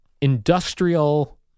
industrial